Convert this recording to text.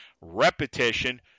repetition